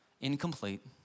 incomplete